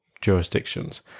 jurisdictions